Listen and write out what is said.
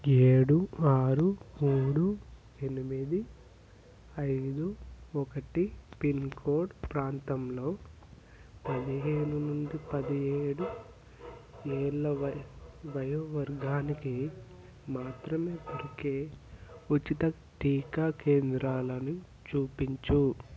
ఏడు ఆరు మూడు ఎనిమిది ఐదు ఒకటి పిన్కోడ్ ప్రాంతంలో పదిహేను నుండి పదిహేడు ఏళ్ల వ వయో వర్గానికి మాత్రమే దొరికే ఉచిత టీకా కేంద్రాలను చూపించు